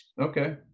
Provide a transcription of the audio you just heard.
Okay